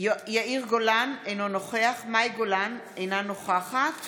יאיר גולן, אינו נוכח מאי גולן, אינה נוכחת